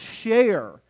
share